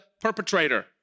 perpetrator